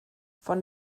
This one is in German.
von